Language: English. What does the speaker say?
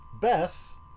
Bess